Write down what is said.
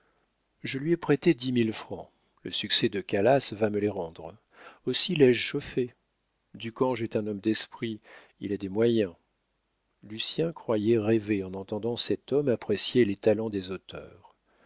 je lui ai prêté dix mille francs le succès de calas va me les rendre aussi l'ai-je chauffé ducange est un homme d'esprit il a des moyens lucien croyait rêver en entendant cet homme apprécier les talents des auteurs